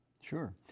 Sure